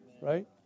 right